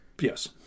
Yes